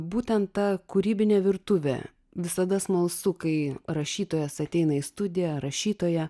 būtent ta kūrybinė virtuvė visada smalsu kai rašytojas ateina į studiją ar rašytoja